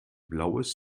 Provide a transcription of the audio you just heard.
blaues